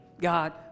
God